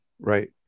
right